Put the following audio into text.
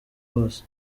wose